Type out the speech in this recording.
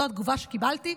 זאת התגובה שקיבלתי.